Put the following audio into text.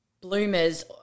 bloomers